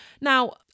Now